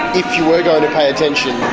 if you were going to pay attention,